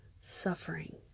suffering